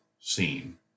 scene